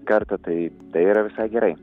kartą tai tai yra visai gerai